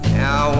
now